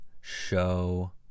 show